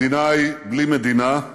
מדינאי בלי מדינה,